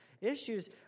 Issues